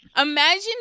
imagine